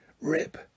Rip